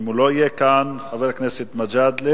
אם הוא לא יהיה כאן, חבר הכנסת מג'אדלה.